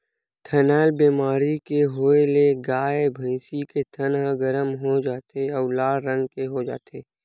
थनैल बेमारी के होए ले गाय, भइसी के थन ह गरम हो जाथे अउ लाल रंग के हो जाथे